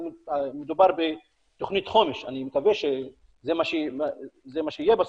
מדובר בתוכנית חומש, אני מקווה שזה מה שיהיה בסוף,